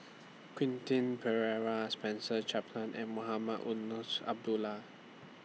Quentin Pereira Spencer Chapman and Mohamed Eunos Abdullah